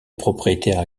propriétaire